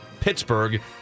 pittsburgh